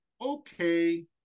okay